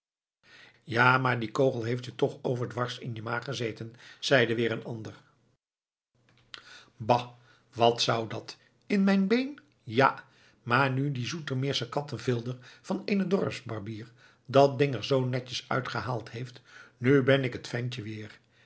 ja maar die kogel heeft je toch overdwars in je maag gezeten zeide weer een ander bah wat zou dat in mijn been ja maar nu die zoetermeersche kattenvilder van eenen dorpsbarbier dat ding er zoo netjes uitgehaald heeft nu ben ik het ventje weer